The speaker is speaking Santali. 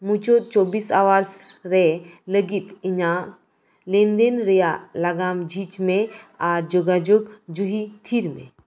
ᱢᱩᱪᱟᱹᱫ ᱪᱚᱵᱽᱵᱤᱥ ᱟᱣᱟᱨᱥ ᱨᱮ ᱞᱟᱹᱜᱤᱫ ᱤᱧᱟᱹᱜ ᱞᱮᱱᱫᱮᱱ ᱨᱮᱭᱟᱜ ᱞᱟᱜᱟᱢ ᱡᱷᱤᱡᱽ ᱢᱮ ᱟᱨ ᱡᱚᱜᱟᱡᱳᱜᱽ ᱡᱩᱦᱤ ᱛᱷᱤᱨ ᱢᱮ